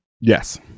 Yes